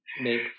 make